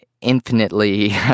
infinitely